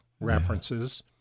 references